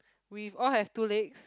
we all have two legs